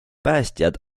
päästjad